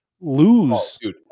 lose